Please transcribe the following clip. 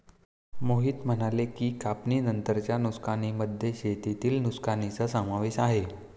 मोहित म्हणाले की, कापणीनंतरच्या नुकसानीमध्ये शेतातील नुकसानीचा समावेश आहे